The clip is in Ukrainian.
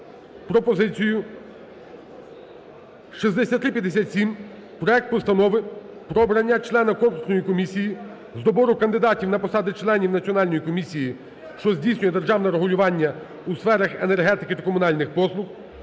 робочі місця – про обрання члена Конкурсної комісії з добору кандидатів на посади членів Національної комісії, що здійснює державне регулювання у сферах енергетики та комунальних послуг